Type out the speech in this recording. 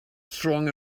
strong